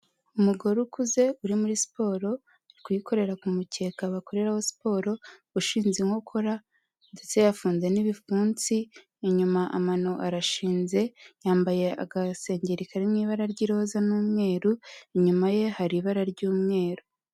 Umugore ukuze uri muri siporo, uri kuyikorera ku mukeka bakoretaho siporo, ushinze inkokora ndetse yafunze n'ibipfunsi, inyuma amano arashinze, yambaye agasengeri kari mu ibara ry'iroza n'umweru, inyuma ye hari ibara ry'umweru.